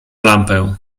lampę